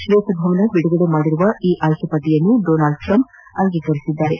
ಶ್ವೇತಭವನ ಬಿಡುಗಡೆ ಮಾಡಿದ ಈ ಆಯ್ಕೆ ಪಟ್ಟಿಯನ್ನು ಡೊನಾಲ್ಡ್ ಟ್ರಂಪ್ ಅಂಗೀಕರಿಸಿದ್ದಾರೆ